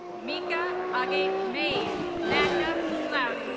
mica agate mais, magna cum laude.